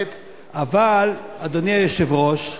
דא עקא, אדוני היושב-ראש,